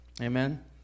Amen